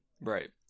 Right